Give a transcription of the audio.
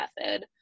method